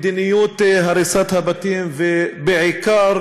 מדיניות הריסת הבתים, בעיקר